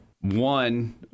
One